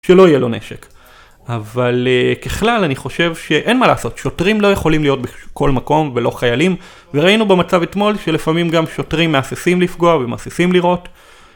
שלא יהיה לו נשק, אבל ככלל אני חושב שאין מה לעשות, שוטרים לא יכולים להיות בכל מקום ולא חיילים וראינו במצב אתמול, שלפעמים גם שוטרים מהססים לפגוע ומהססים לירות